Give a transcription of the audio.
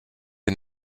est